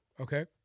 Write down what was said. Okay